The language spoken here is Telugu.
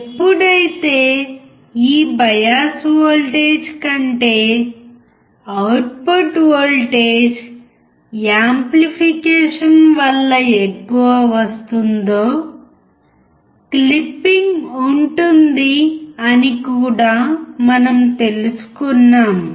ఎప్పుడైతే ఈ బయాస్ వోల్టేజ్ కంటే అవుట్పుట్ వోల్టేజ్ యాంప్లికేషన్ వల్ల ఎక్కువ వస్తుందో క్లిప్పింగ్ ఉంటుంది అని కూడా మనం తెలుసుకున్నాము